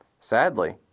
Sadly